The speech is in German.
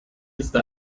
liste